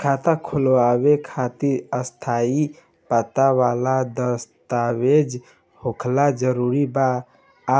खाता खोलवावे खातिर स्थायी पता वाला दस्तावेज़ होखल जरूरी बा